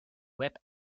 web